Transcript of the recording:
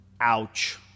Ouch